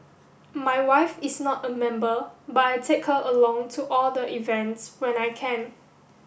my wife is not a member but I take her along to all the events when I can